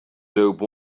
dope